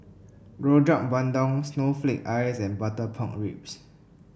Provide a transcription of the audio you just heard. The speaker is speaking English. Rojak Bandung Snowflake Ice and Butter Pork Ribs